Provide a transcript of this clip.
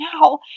now